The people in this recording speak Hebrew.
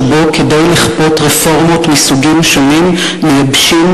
שבו כדי לכפות רפורמות מסוגים שונים מייבשים